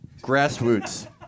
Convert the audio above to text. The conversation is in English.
grassroots